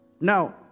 Now